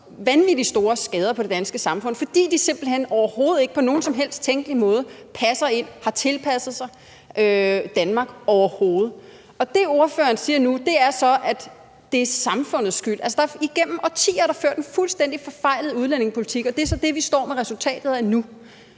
vanvittig store skader på det danske samfund, fordi de simpelt hen overhovedet ikke på nogen som helst tænkelig måde passer ind og har tilpasset sig Danmark. Det, ordføreren siger nu, er så, at det er samfundets skyld. Igennem årtier er der ført en fuldstændig forfejlet udlændingepolitik, og det er så det, vi står med resultatet af nu,